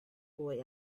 boy